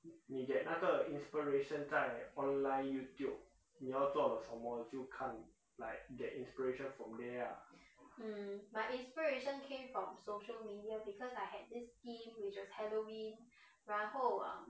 你 get 那个 inspiration 在 online YouTube 你要做了什么就看 like get inspiration from there ah